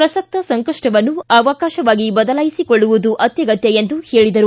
ಪ್ರಸಕ್ತ ಸಂಕಷ್ಟವನ್ನು ಅವಕಾಶವಾಗಿ ಬದಲಾಯಿಸಿಕೊಳ್ಳುವುದು ಅತ್ಯಗತ್ತ ಎಂದು ಹೇಳದರು